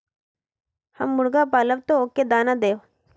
हम मुर्गा पालव तो उ के दाना देव?